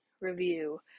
review